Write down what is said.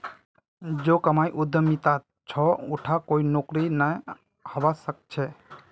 जो कमाई उद्यमितात छ उटा कोई नौकरीत नइ हबा स ख छ